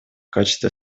качестве